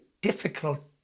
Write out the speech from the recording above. difficult